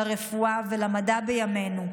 לרפואה ולמדע בימינו,